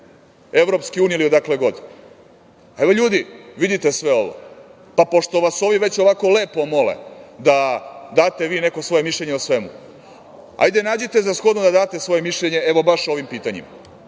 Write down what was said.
Evropske unije ili odakle god, evo, ljudi, vidite sve ovo, pa, pošto vas ovi već ovako lepo mole da date vi neko svoje mišljenje o svemu, hajde nađite za shodno da date svoje mišljenje baš o ovim pitanjima.